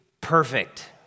perfect